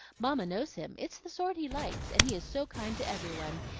mamma knows him it's the sort he likes, and he is so kind to every one,